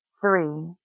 three